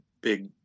big